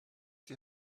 die